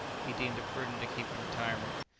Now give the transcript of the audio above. he deemed it prudent to keep in retirement.